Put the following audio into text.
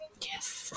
Yes